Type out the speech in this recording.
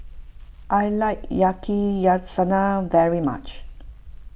I like Yakizakana very much